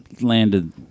landed